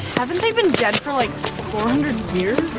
haven't they been dead for like, four hundred years?